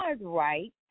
right